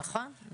נכון.